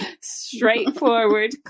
straightforward